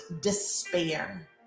despair